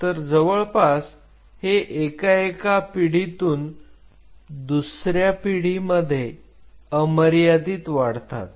तर जवळपास हे एका एका पिढीतून दुसर्या पिढीत मध्ये अमर्यादित वाढतात